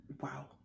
Wow